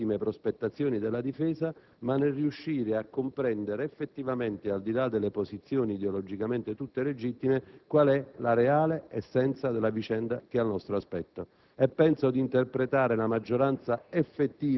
di non fermarci alle legittime prospettazioni della difesa, e di riuscire a comprendere effettivamente, al di là delle posizioni, che ideologicamente sono tutte legittime, quale sia la reale essenza della vicenda che è al nostro cospetto.